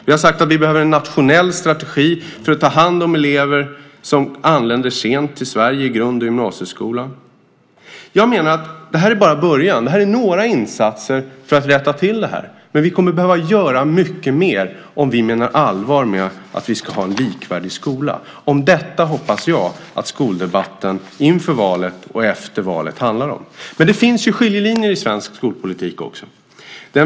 Vi har sagt att vi behöver en nationell strategi för att ta hand om elever som anländer till Sverige sent i grund och gymnasieskolan. Jag menar att detta bara är början. Det här är några insatser för att rätta till det här. Vi kommer att behöva göra mycket mer om vi menar allvar med att vi ska ha en likvärdig skola. Jag hoppas att skoldebatten inför och efter valet kommer att handla om detta. Men det finns ju skiljelinjer i svensk skolpolitik också.